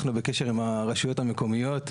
אנחנו בקשר עם הרשויות המקומיות.